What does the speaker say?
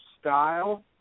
style